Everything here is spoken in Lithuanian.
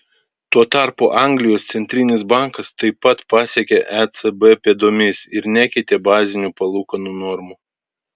tuo tarpu anglijos centrinis bankas taip pat pasekė ecb pėdomis ir nekeitė bazinių palūkanų normų